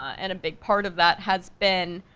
and a big part of that has been,